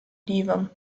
devon